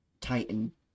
Titan